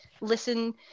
listen